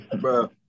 Bro